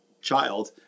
child